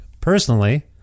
personally